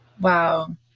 Wow